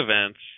events